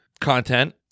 content